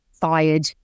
fired